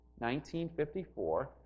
1954